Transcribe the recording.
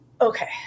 Okay